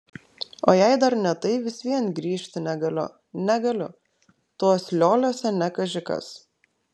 o jei dar ne tai vis vien grįžti negaliu negaliu tuos lioliuose ne kaži kas